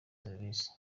serivisi